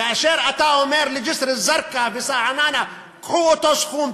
כאשר אתה אומר לג'סר-א-זרקא ולרעננה: קחו אותו סכום,